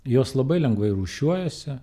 jos labai lengvai rūšiuojasi